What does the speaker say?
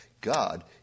God